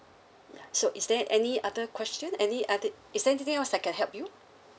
ya so is there any other question any other is there anything else I can help you